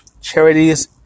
charities